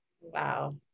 Wow